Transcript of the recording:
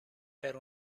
per